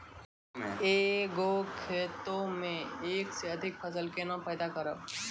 एक गो खेतो मे एक से अधिक फसल केना पैदा करबै?